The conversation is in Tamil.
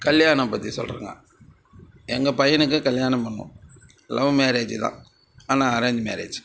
கல்யாணம் பற்றி சொல்றேங்க எங்கள் பையனுக்கு கல்யாணம் பண்ணோம் லவ் மேரேஜி தான் ஆனால் அரேஞ்ச் மேரேஜ்